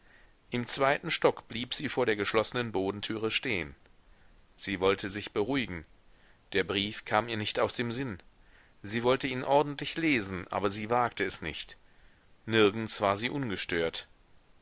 im zweiten stock blieb sie vor der geschlossenen bodentüre stehen sie wollte sich beruhigen der brief kam ihr nicht aus dem sinn sie wollte ihn ordentlich lesen aber sie wagte es nicht nirgends war sie ungestört